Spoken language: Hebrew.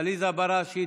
עליזה בראשי,